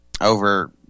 over